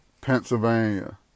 pennsylvania